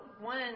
one